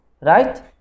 Right